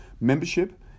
membership